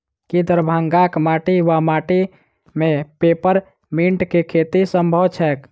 की दरभंगाक माटि वा माटि मे पेपर मिंट केँ खेती सम्भव छैक?